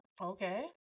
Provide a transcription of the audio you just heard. Okay